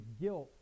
guilt